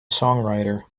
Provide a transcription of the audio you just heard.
songwriter